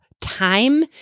time